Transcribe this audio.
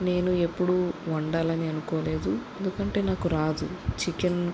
నేను ఎప్పుడూ వండాలని అనుకోలేదు ఎందుకంటే నాకు రాదు చికెన్